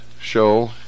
show